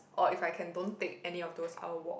or if I don't take any of those I will walk